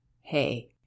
Hey